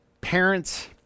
parents